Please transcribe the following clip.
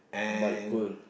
but cool